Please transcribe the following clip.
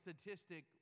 statistic